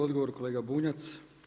Odgovor kolega Bunjac.